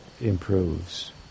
improves